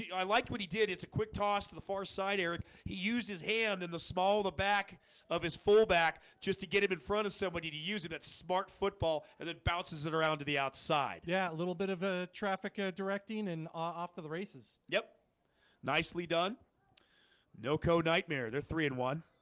i liked what he did it's a quick toss to the far side eric he used his hand in the small the back of his fullback just to get him in front of somebody to use it that's smart football and it bounces it around to the outside. yeah, a little bit of a traffic directing and off to the races. yep nicely done naoko nightmare, there's three and one